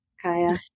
Kaya